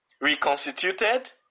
Reconstituted